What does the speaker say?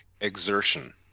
exertion